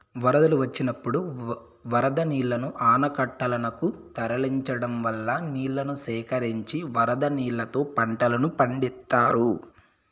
వరదలు వచ్చినప్పుడు వరద నీళ్ళను ఆనకట్టలనకు తరలించడం వల్ల నీళ్ళను సేకరించి వరద నీళ్ళతో పంటలను పండిత్తారు